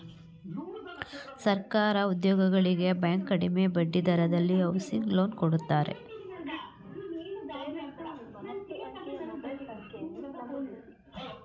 ಸರ್ಕಾರಿ ಉದ್ಯೋಗಿಗಳಿಗೆ ಬ್ಯಾಂಕ್ ಕಡಿಮೆ ಬಡ್ಡಿ ದರದಲ್ಲಿ ಹೌಸಿಂಗ್ ಲೋನ್ ಕೊಡುತ್ತಾರೆ